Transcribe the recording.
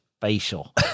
facial